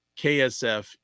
KSF